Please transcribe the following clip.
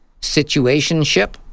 situationship